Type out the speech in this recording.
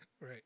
Right